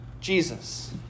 Jesus